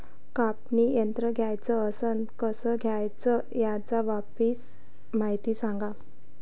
कापनी यंत्र घ्याचं असन त कस घ्याव? त्याच्या वापराची मायती सांगा